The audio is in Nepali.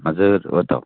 हजुर हो त